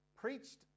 preached